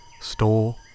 store